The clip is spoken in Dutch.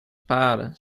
paarden